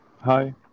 Hi